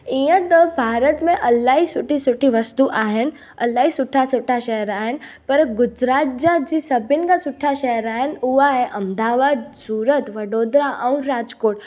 ईअं त भारत में इलाही सुठी सुठी वस्तू आहिनि इलाही सुठा सुठा शहर आहिनि पर गुजरात जा जे सभिनि खां सुठा शहर आहिनि उहे आहे अहमदाबाद सूरत वडोदरा ऐं राजकोट